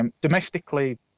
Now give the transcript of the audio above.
Domestically